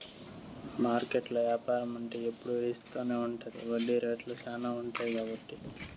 మార్కెట్లో యాపారం అంటే ఎప్పుడు రిస్క్ తోనే ఉంటది వడ్డీ రేట్లు శ్యానా ఉంటాయి కాబట్టి